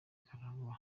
karangwa